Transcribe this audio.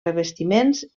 revestiments